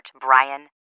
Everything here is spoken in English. Brian